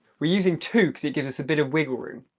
we're using two because it gives us a bit of wiggle room.